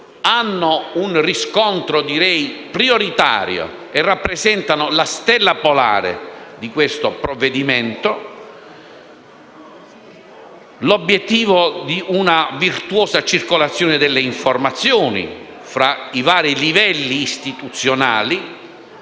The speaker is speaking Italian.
hanno un riscontro prioritario e rappresentano la stella polare del provvedimento. Ricordo altresì l'obiettivo di una virtuosa circolazione delle informazioni fra i vari livelli istituzionali,